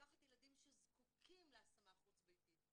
לקחת ילדים שזקוקים להשמה חוץ ביתית,